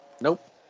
nope